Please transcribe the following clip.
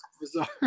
bizarre